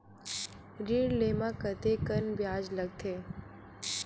ऋण ले म कतेकन ब्याज लगथे?